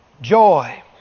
Joy